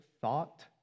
thought